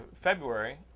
February